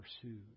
pursued